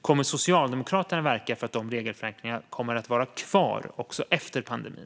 Kommer Socialdemokraterna att verka för att de regelförenklingarna ska vara kvar också efter pandemin?